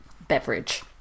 beverage